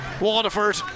Waterford